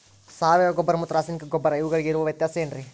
ಸಾವಯವ ಗೊಬ್ಬರ ಮತ್ತು ರಾಸಾಯನಿಕ ಗೊಬ್ಬರ ಇವುಗಳಿಗೆ ಇರುವ ವ್ಯತ್ಯಾಸ ಏನ್ರಿ?